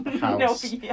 house